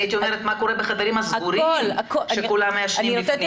הייתי אומרת מה קורה בחדרים הסגורים שכולם מעשנים בפנים.